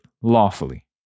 lawfully